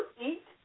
eat